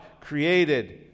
created